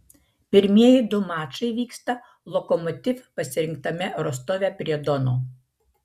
pirmieji du mačai vyksta lokomotiv pasirinktame rostove prie dono